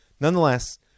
Nonetheless